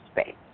space